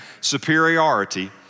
superiority